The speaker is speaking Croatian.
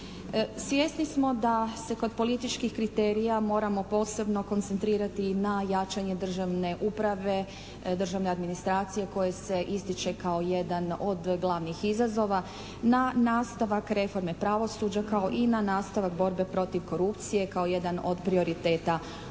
Svjesni smo da se kod političkih kriterija moramo posebno koncentrirati na jačanje državne uprave, državne administracije koje se ističe kao jedan od glavnih izazova, na nastavak reforme pravosuđa kao i na nastavak borbe protiv korupcije kao jedan od prioriteta ove